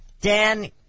Dan